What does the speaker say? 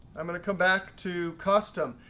i'm going to come back to custom.